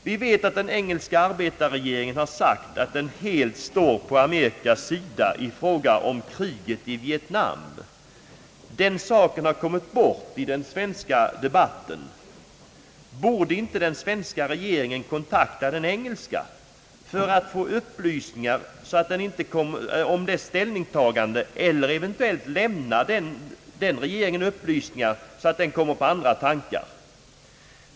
Vi vet att den engelska arbetarregeringen har sagt att den helt står på Amerikas sida i fråga om kriget i Vietnam. Den saken har kommit bort i den svenska debatten. Borde inte den svenska regeringen kontakta den engelska för att få upplysningar om dess ställningstagande eller eventuellt lämna den regeringen upplysningar så att den kommer på andra tankar?